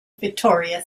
vittoria